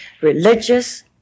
religious